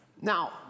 Now